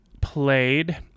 played